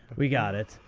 we got it.